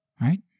right